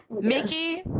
Mickey